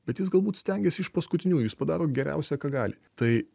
bet jis galbūt stengiasi iš paskutiniųjų jis padaro geriausia ką gali tai